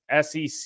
SEC